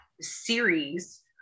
series